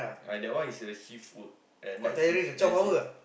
uh that one is shift work at night shift night shift